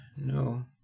No